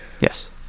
Yes